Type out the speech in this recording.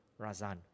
Razan